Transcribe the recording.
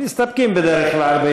מסתפקים בדרך כלל,